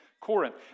Corinth